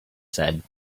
said